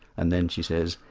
and then she says,